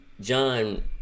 John